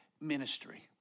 ministry